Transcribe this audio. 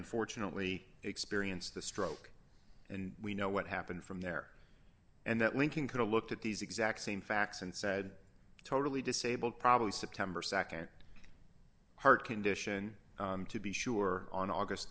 unfortunately experienced the stroke and we know what happened from there and that lincoln could have looked at these exact same facts and said totally disabled probably september nd heart condition to be sure on august